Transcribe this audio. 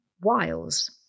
Wiles